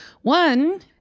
One